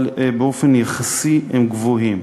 אבל באופן יחסי הם גבוהים.